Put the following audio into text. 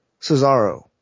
Cesaro